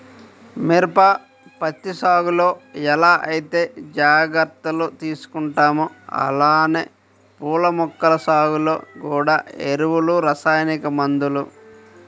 మిరప, పత్తి సాగులో ఎలా ఐతే జాగర్తలు తీసుకుంటామో అలానే పూల మొక్కల సాగులో గూడా ఎరువులు, రసాయనిక మందులు